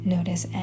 Notice